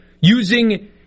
using